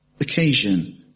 occasion